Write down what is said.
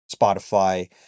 Spotify